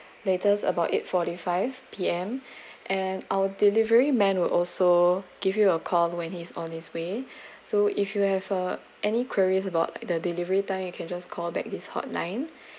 latest about eight forty five P_M and our delivery man will also give you a call when he's on his way so if you have a any queries about the delivery time you can just call back this hotline